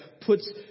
puts